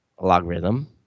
logarithm